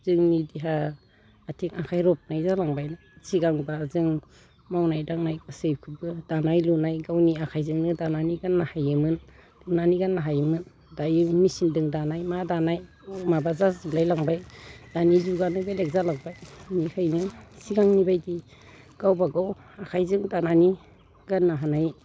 जोंनि देहा आथिं आखाइ रबनाय जालांबायना सिगांब्ला जों मावनाय दांनाय गासैखौबो दानाय लुनाय गावनि आखाइजोंनो दानानै गाननो हायोमोन दायो मेचिनदों दानाय मा दानाय माबा जाजोबलाय लांबाय दानि जुगानो बेलेग जालांबाय बेनिखायनो सिगांनिबायदि गावबागाव आखाइजों दानानै गाननो हानाय